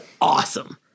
awesome